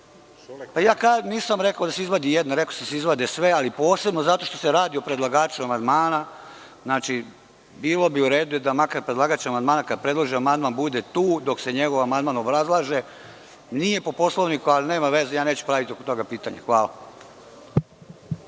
tu. Nisam rekao da se izvadi jedna, rekao sam da se izvade sve, ali posebno zato što se radi o predlagaču amandmana. Bilo bi uredu da makar predlagač amandmana, kada predloži amandman, bude tu dok se njegov amandman obrazlaže. Nije po Poslovniku, ali nema veze, ja neću praviti oko toga pitanje. Hvala.